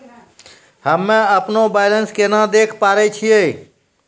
हम्मे अपनो बैलेंस केना देखे पारे छियै?